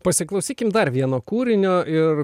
pasiklausykim dar vieno kūrinio ir